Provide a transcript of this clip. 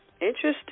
interesting